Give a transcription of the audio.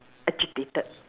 agitated